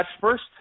first